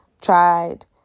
tried